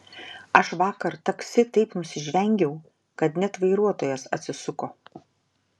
aš vakar taksi taip nusižvengiau kad net vairuotojas atsisuko